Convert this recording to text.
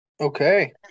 Okay